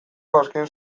azken